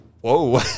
Whoa